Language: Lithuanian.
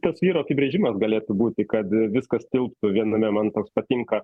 tas vyro apibrėžimas galėtų būti kad viskas tilptų viename man toks patinka